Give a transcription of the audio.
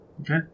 Okay